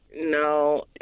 No